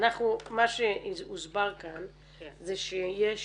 מה שהוסבר כאן זה שיש